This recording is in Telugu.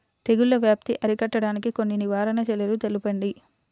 తెగుళ్ల వ్యాప్తి అరికట్టడానికి కొన్ని నివారణ చర్యలు తెలుపండి?